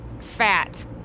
fat